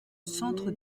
centre